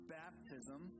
baptism